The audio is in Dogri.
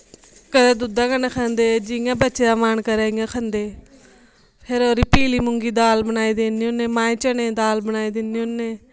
कदैं दुधा कन्नै खंदे जियां बच्चें दा मन करै इ'यां खंदे फिर पीली मुंगी दी दाल बनाई बनाई दिन्ने होन्ने माएं चने दी दाल बनाई दिन्ने होन्ने